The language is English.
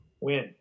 Win